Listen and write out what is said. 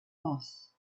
moss